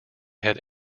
had